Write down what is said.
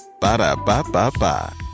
Ba-da-ba-ba-ba